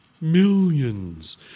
millions